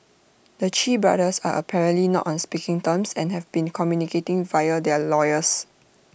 the Chee brothers are apparently not on speaking terms and have been communicating via their lawyers